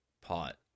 pot